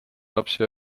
lapsi